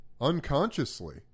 Unconsciously